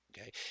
okay